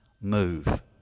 move